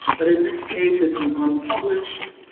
but in this case it's an unpublished